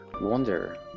wonder